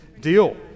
deal